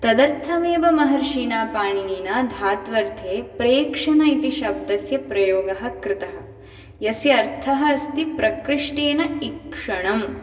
तदर्थमेव महर्षिणा पाणिनिना धात्वर्थे प्रेक्षण इति शब्दस्य प्रयोगः कृतः यस्य अर्थः अस्ति प्रकृष्टेन ईक्षणम्